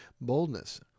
boldness